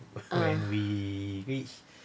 ah